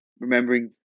remembering